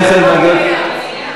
מליאה, מליאה.